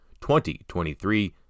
2023